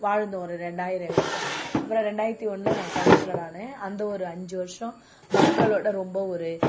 வாழ்ந்தோம் ஒரு ரெண்டாயிரம் வரைக்கும் அப்புறம் ரெண்டாயிரத்தி ஒன்றுல நான் கவுன்சிலராக ஆனேன் அந்த ஒரு அஞ்சு வருஷம் மக்களோட ரொம்ப ஒரு